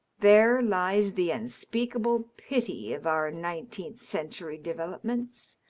there lies the unspeakable pity of our nineteenth-century developments,